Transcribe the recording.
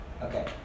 Okay